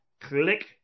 Click